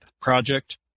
project